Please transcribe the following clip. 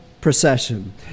procession